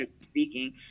speaking